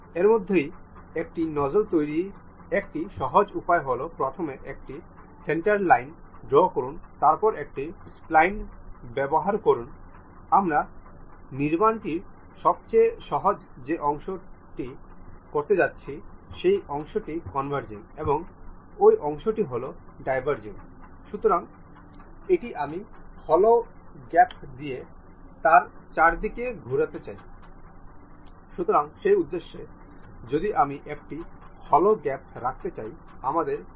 এখন আপনি এই পিস্টনের গতি এবং ক্র্যাংকশ্যাফটটি এই ক্র্যাংকশ্যাফট ক্র্যাঙ্ককেসের সাথে সম্পর্কিত এবং একটি সিঙ্গেল সিলিন্ডার ইঞ্জিনের মতো ফিন দেখতে পারেন